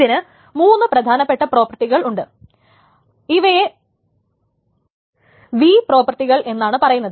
ഇതിന് മൂന്ന് പ്രധാനപ്പെട്ട പ്രോപ്പർട്ടികൾ ഉണ്ട് ഇവയെ വി പ്രോപ്പർട്ടികൾ എന്നാണ് പറയുന്നത്